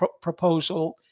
proposal